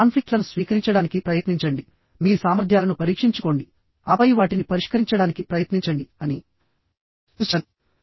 conflict లను స్వీకరించడానికి ప్రయత్నించండి మీ సామర్థ్యాలను పరీక్షించుకోండి ఆపై వాటిని పరిష్కరించడానికి ప్రయత్నించండి అని నేను సూచించాను